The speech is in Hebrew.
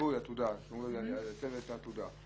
צוות עתודה.